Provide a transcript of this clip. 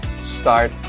Start